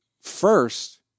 first